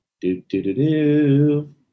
do-do-do-do